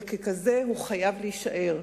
וכזה הוא חייב להישאר.